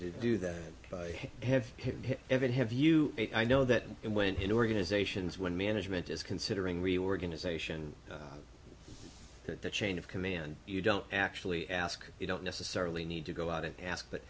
to do that but i have him here evan have you i know that and went in organizations when management is considering reorganization that the chain of command you don't actually ask you don't necessarily need to go out and ask but